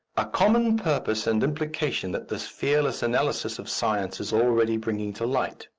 a common purpose and implication that the fearless analysis of science is already bringing to light.